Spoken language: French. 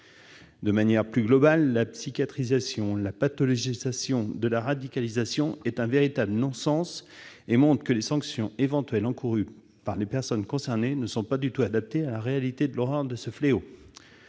De manière plus globale, la psychiatrisation, la pathologisation de la radicalisation est un véritable non-sens et montre que les sanctions éventuelles encourues par les personnes concernées ne sont pas du tout adaptées à la réalité de l'horreur de ce fléau.